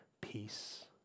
peace